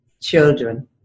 children